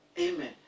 Amen